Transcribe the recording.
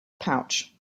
pouch